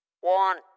one